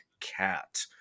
cat